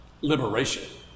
Liberation